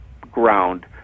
ground